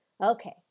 okay